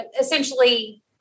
essentially